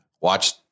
watch